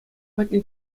патне